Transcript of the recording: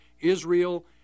Israel